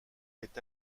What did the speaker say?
est